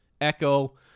Echo